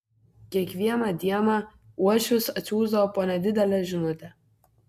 kiekvieną dieną uošvis atsiųsdavo po nedidelę žinutę